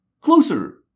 Closer